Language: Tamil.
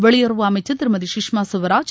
வெளியுறவு அமைச்சர் திருமதி சுஷ்மா சுவராஜ்